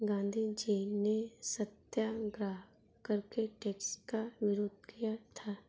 गांधीजी ने सत्याग्रह करके टैक्स का विरोध किया था